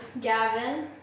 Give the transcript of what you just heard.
Gavin